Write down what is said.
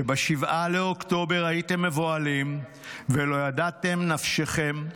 שב-7 באוקטובר הייתם מבוהלים ולא ידעתם נפשכם,